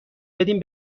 بدین